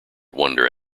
wonder